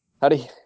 Howdy